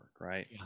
right